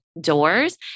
doors